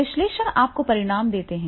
विश्लेषण आपको परिणाम देते हैं